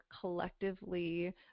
collectively